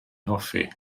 hoffi